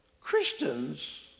Christians